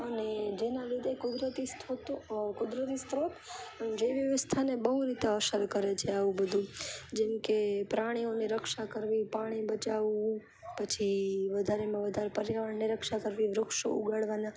અને જેના લીધે કુદરતી કુદરતી સ્ત્રોત જૈવ વ્યવસ્થાને બહુ રીતે અસર કરે છે આવું બધું જેમકે પ્રાણીઓની રક્ષા કરવી પાણી બચાવવું પછી વધારેમાં વધારે પર્યાવરણની રક્ષા કરવી વૃક્ષો ઉગાડવાના